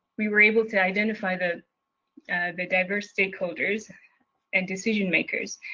we were able to identify the the diverse stakeholders and decision makers.